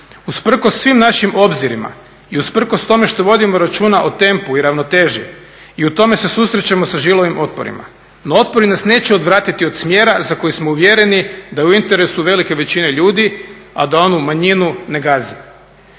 Usprkos svim našim obzirima i usprkos tome što vodimo računa o tempu i ravnoteži i u tome se susrećemo sa žilavim otporima. No otpori nas neće odvratiti od smjera za koji smo uvjereni da je u interesu velike većine ljudi, a da onu manjinu ne gazi.